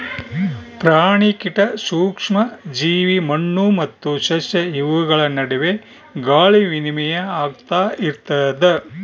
ಪ್ರಾಣಿ ಕೀಟ ಸೂಕ್ಷ್ಮ ಜೀವಿ ಮಣ್ಣು ಮತ್ತು ಸಸ್ಯ ಇವುಗಳ ನಡುವೆ ಗಾಳಿ ವಿನಿಮಯ ಆಗ್ತಾ ಇರ್ತದ